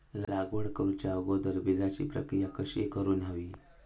लागवड करूच्या अगोदर बिजाची प्रकिया कशी करून हवी?